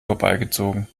vorbeigezogen